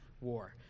war